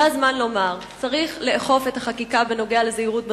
זה הזמן לומר: צריך לאכוף את החקיקה בנוגע לזהירות בדרכים.